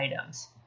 items